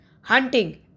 hunting